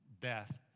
death